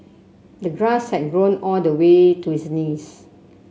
the grass had grown all the way to his knees